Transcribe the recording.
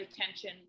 attention